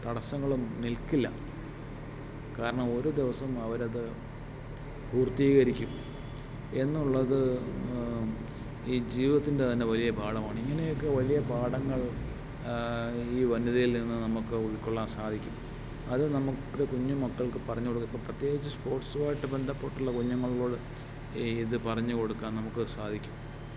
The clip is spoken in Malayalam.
തടസ്സങ്ങളൊന്നും നിൽക്കില്ല കാരണം ഒരു ദിവസം അവരത് പൂർത്തീകരിക്കും എന്നുള്ളത് ഈ ജീവിതത്തിൻ്റെ തന്നെ വലിയ പാഠമാണ് ഇങ്ങനെയൊക്കെ വലിയ പാഠങ്ങൾ ഈ വനിതയിൽ നിന്ന് നമുക്ക് ഉൾക്കൊള്ളാൻ സാധിക്കും അതു നമുക്ക് കുഞ്ഞു മക്കൾക്ക് പറഞ്ഞു കൊടുക്കുക ഇപ്പം പ്രത്യേകിച്ച് സ്പോർട്സുമായിട്ട് ബന്ധപ്പെട്ടുള്ള കുഞ്ഞുങ്ങളോട് ഈ ഇതു പറഞ്ഞു കൊടുക്കാൻ നമുക്ക് സാധിക്കും